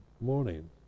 morning